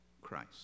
Christ